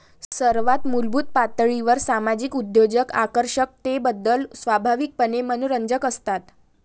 सर्वात मूलभूत पातळीवर सामाजिक उद्योजक आकर्षकतेबद्दल स्वाभाविकपणे मनोरंजक असतात